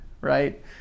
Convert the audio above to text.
right